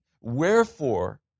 Wherefore